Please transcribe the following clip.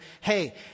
hey